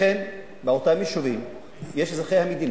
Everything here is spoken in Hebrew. לכן, באותם יישובים יש אזרחי המדינה,